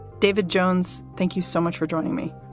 david jones, thank you so much for joining me.